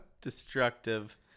destructive